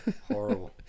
Horrible